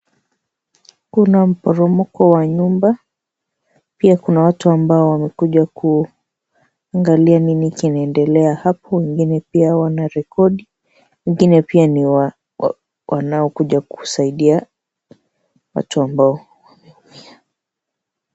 Kuna mporomoko wa nyumba, pia kuna watu ambao wamekuja kuangalia Nini kinaendelea hapo, wengine pia Wana recodi, wengine pia ni wamekuja kusaidia watu ambao wameumia.